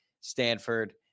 Stanford